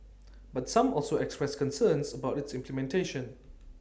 but some also expressed concerns about its implementation